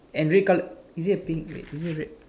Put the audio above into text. and red colour is it a pink wait is it red